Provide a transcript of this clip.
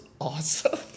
awesome